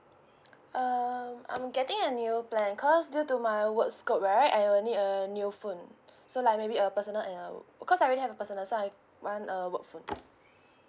um I'm getting a new plan because due to my work scope right I will need a new phone so like maybe a personal and a cause I already have a personal so I want a work phone